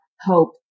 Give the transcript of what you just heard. hope